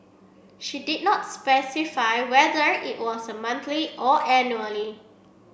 she did not specify whether it was monthly or annually